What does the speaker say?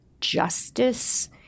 justice